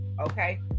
okay